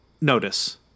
notice